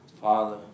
father